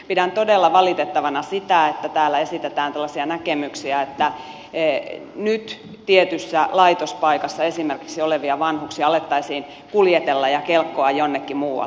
pidän todella valitettavana sitä että täällä esitetään tällaisia näkemyksiä että nyt esimerkiksi tietyssä laitospaikassa olevia vanhuksia alettaisiin kuljetella ja kelkkoa jonnekin muualle